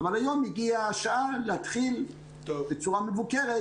אבל היום הגיעה השעה להתחיל בצורה מבוקרת